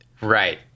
right